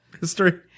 history